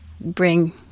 bring